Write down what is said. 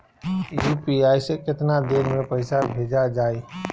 UPI से केतना देर मे पईसा भेजा जाई?